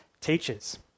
teachers